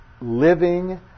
living